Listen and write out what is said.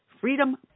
Freedom